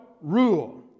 rule